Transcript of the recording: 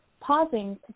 pausing